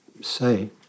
say